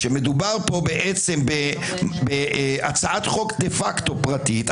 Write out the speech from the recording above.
שמדובר פה בהצעת חוק דה-פקטו פרטית,